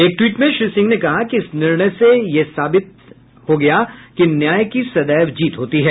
एक ट्वीट में श्री सिंह ने कहा कि इस निर्णय ने यह साबित कर दिया है कि न्याय की सदैव जीत होती है